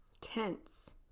tense